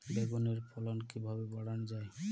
বেগুনের ফলন কিভাবে বাড়ানো যায়?